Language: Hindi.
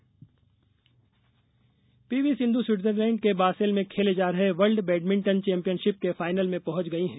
बैडमिंटन पीवी सिंध् स्विट्जरलैंड के बासेल में खेले जा रहे वर्ल्ड बैडमिंटन चैम्पियनशिप के फाइनल में पहुंच गईं हैं